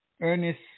Ernest